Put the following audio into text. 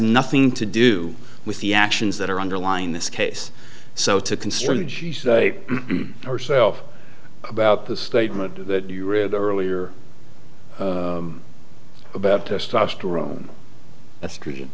nothing to do with the actions that are underlying this case so to concern yourself about the statement that you read the earlier about testosterone estrogen